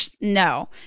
no